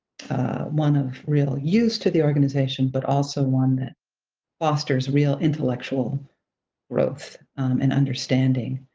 one of real use to the organization but also one that fosters real intellectual growth and understanding